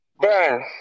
Burn